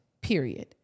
Period